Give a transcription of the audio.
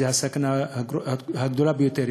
זו הסכנה הגדולה ביותר.